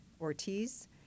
Ortiz